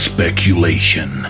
Speculation